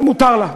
ומותר לה,